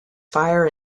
fire